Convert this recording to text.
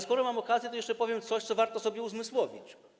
Skoro mam okazję, to jeszcze powiem coś, co warto sobie uzmysłowić.